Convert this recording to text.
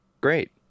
Great